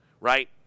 right